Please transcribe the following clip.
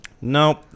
Nope